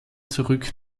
zurück